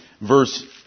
verse